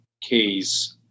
case